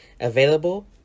available